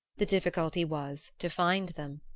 the difficulty was to find them.